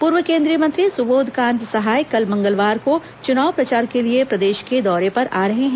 पूर्व केन्द्रीय मंत्री सुबोध कांत सहाय कल मंगलवार को चुनाव प्रचार के लिए प्रदेश के दौरे पर आ रहे हैं